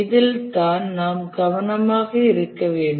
இதில் தான் நாம் கவனமாக இருக்க வேண்டும்